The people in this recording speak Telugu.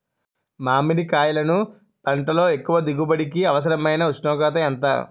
మామిడికాయలును పంటలో ఎక్కువ దిగుబడికి అవసరమైన ఉష్ణోగ్రత ఎంత?